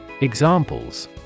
Examples